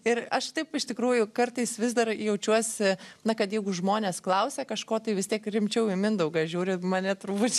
ir aš taip iš tikrųjų kartais vis dar jaučiuosi na kad jeigu žmonės klausia kažko tai vis tiek rimčiau į mindaugą žiūri mane turbūt